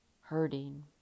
hurting